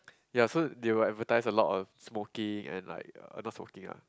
ya so they will advertise a lot of smoking and like uh not smoking ah